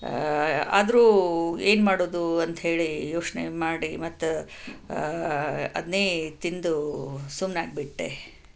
ಆದರೂ ಏನು ಮಾಡೋದು ಅಂತ ಹೇಳಿ ಯೋಚನೆ ಮಾಡಿ ಮತ್ತೆ ಅದನ್ನೇ ತಿಂದು ಸುಮ್ಮನಾಗಿಬಿಟ್ಟೆ